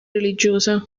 religiose